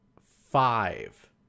five